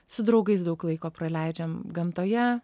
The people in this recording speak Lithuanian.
su draugais daug laiko praleidžiam gamtoje